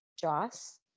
Joss